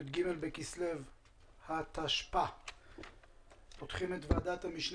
י"ג בכסלו התשפ"א ואנחנו פותחים את ישיבת ועדת המשנה